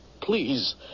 please